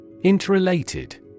interrelated